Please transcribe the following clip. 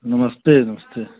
नमस्ते नमस्ते